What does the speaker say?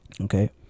okay